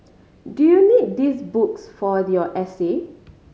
do you need these books for your essay